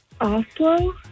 Oslo